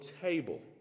table